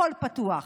הכול פתוח.